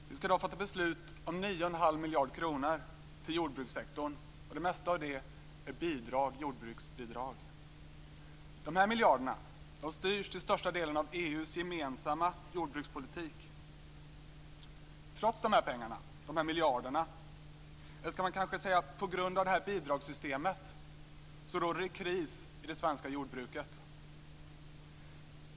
Fru talman! Vi skall i dag fatta beslut om 9 1⁄2 miljarder till jordbrukssektorn, det mesta jordbruksbidrag. Dessa miljarder styrs till största delen av EU:s gemensamma jordbrukspolitik. Trots dessa pengar, eller skall man kanske säga på grund av detta bidragssystem, råder det kris i det svenska jordbruket.